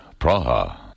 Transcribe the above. Praha